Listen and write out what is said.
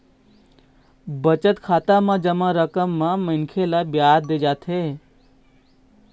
बचत खाता म जमा रकम म मनखे ल बियाज दे जाथे